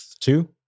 two